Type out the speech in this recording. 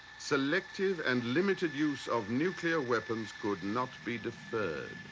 selective and limited use of nuclear weapons could not be deferred.